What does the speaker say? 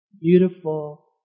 beautiful